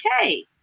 okay